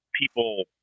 people